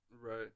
Right